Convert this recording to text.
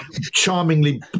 charmingly